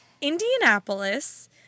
Indianapolis